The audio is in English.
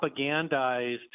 propagandized